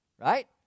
Right